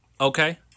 Okay